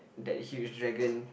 that huge dragon